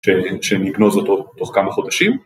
‫שנגנוז אותו תוך כמה חודשים.